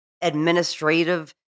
administrative